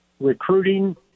recruiting